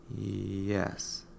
Yes